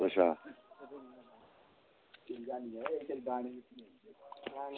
अच्छा